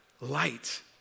light